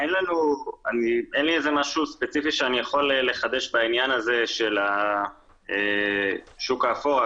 אין לי משהו ספציפי שאני יכול לחדש בעניין הזה של השוק האפור,